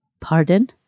Pardon